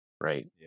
Right